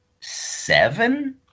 seven